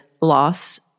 loss